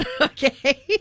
okay